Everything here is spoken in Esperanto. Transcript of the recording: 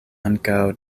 ankaŭ